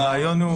הרעיון הוא